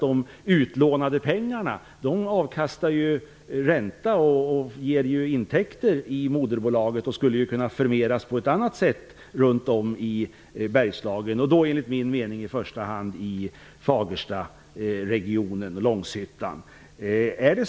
De utlånade pengarna ger ju avkastning i form av ränta och ger intäkter i moderbolaget. De skulle kunna förmeras på ett annat sätt runt om i Bergslagen, enligt min mening i första hand i Fagerstaregionen och Långshyttan.